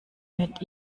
mit